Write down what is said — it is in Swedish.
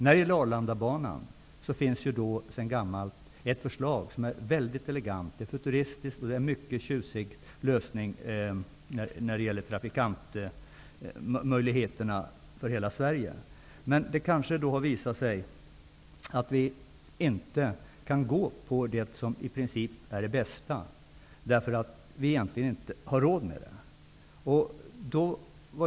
När det gäller Arlandabanan finns det sedan gammalt ett förslag som är mycket elegant och futuristiskt. Det är en mycket tjusig lösning när det gäller möjligheterna för trafikanterna i hela Sverige. Men det kanske har visat sig att vi inte kan välja det som är det bästa, eftersom vi egentligen inte har råd med det.